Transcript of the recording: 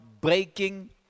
breaking